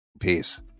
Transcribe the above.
Peace